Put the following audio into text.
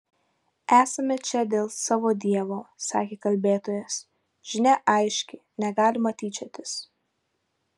esame čia dėl savo dievo sakė kalbėtojas žinia aiški negalima tyčiotis